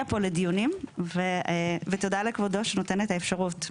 פה לדיונים ותודה לכבודו שנותן את האפשרות.